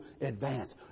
advance